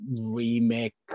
remake